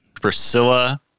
Priscilla